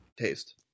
Taste